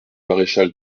maréchal